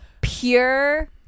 Pure